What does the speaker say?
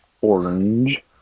Orange